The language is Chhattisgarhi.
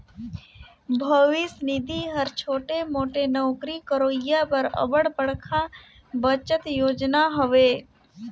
भविस निधि हर छोटे मोटे नउकरी करोइया बर अब्बड़ बड़खा बचत योजना हवे